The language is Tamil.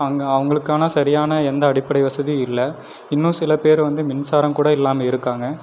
அங் அவங்களுக்கான சரியான எந்த அடிப்படை வசதியும் இல்லை இன்னும் சில பேர் வந்து மின்சாரம் கூட இல்லாமல் இருக்காங்க